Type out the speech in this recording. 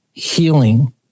healing